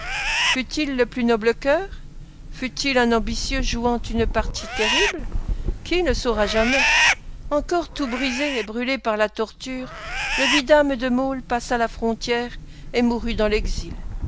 fut-il le plus noble cœur fut-il un ambitieux jouant une partie terrible qui le saura jamais encore tout brisé et brûlé par la torture le vidame de maulle passa la frontière et mourut dans l'exil